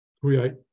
create